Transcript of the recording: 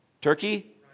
Turkey